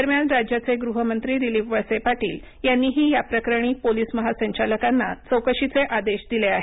दरम्यान राज्याचे गृहमंत्री दिलीप वळसे पाटील यांनीही याप्रकरणी पोलीस महासंचालकांना चौकशीचे आदेश दिले आहेत